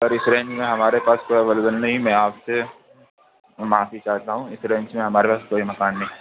سر اِس رینج میں ہمارے پاس کوئی اویلیول نہیں میں آپ سے معافی چاہتا ہوں اِس رینچ میں ہمارے پاس کوئی مکان نہیں